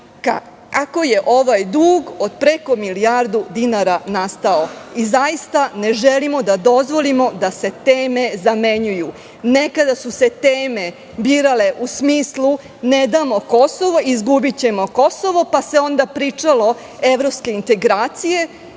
kako je ovaj dug od preko milijardu dinara nastao? Zaista ne želimo da dozvolimo da se teme zamenjuju. Nekada su se teme birale u smislu – ne damo Kosovo, izgubićemo Kosovo, pa se onda pričalo o evropskim integracijama,